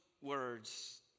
words